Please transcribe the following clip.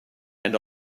and